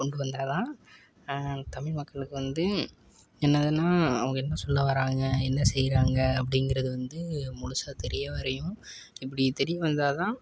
கொண்டு வந்தால் தான் தமிழ் மக்களுக்கு வந்து என்னாகுதுன்னா அவங்க என்ன சொல்ல வர்றாங்க என்ன செய்கிறாங்க அப்படிங்கிறது வந்து முழுசா தெரிய வரையும் இப்படி தெரிய வந்தால் தான்